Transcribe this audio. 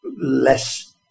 less